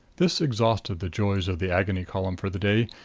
this exhausted the joys of the agony column for the day,